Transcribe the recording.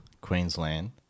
Queensland